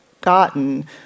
gotten